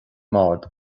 mbord